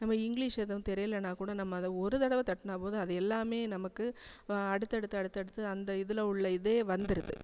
நம்ம இங்கலீஷ் எதுவும் தெரியலைன்னா கூட நம்ம அத ஒரு தடவை தட்டினா போதும் அது எல்லாம் நமக்கு அடுத்தடுத்த அடுத்தடுத்தது அந்த இதில் உள்ள இதே வந்துருது